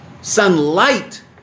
sunlight